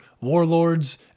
warlords